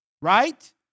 Right